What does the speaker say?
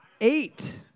eight